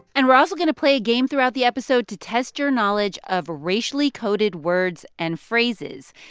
and we're also going to play a game throughout the episode to test your knowledge of a racially coded words and phrases.